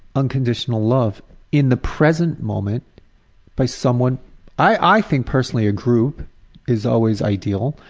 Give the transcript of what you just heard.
unconditional love in the present moment by someone i think personally a group is always ideal,